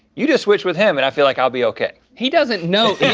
you just switch with him and i feel like i'll be okay. he doesn't know